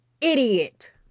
Idiot